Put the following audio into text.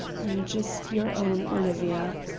i am just your own olivia.